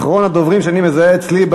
אחרון הדוברים שאני מזהה אצלי,